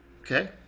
Okay